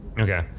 Okay